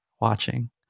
watching